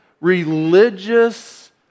religious